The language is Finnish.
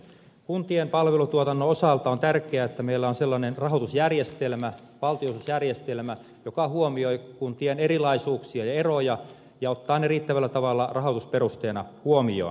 kuntien palvelutuotannon osalta on tärkeää että meillä on sellainen rahoitusjärjestelmä valtionosuusjärjestelmä joka huomioi kuntien erilaisuuksia ja eroja ja ottaa ne riittävällä tavalla rahoitusperusteena huomioon